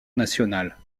national